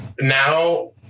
now